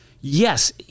Yes